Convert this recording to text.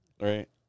Right